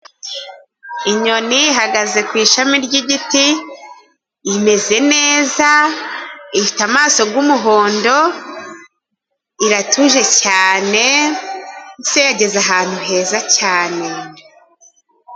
Inyoni ihagaze ku ishami ry'igiti, imeze neza, ifite amaso y'umuhondo, iratuje cyane, mbese yageze ahantu heza cyane.